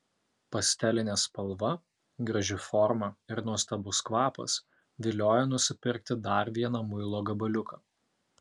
pastelinė spalva graži forma ir nuostabus kvapas vilioja nusipirkti dar vieną muilo gabaliuką